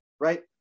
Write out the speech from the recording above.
right